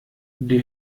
die